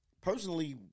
personally